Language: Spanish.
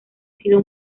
sido